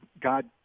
God